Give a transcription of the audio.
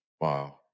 Wow